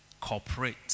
cooperate